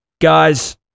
Guys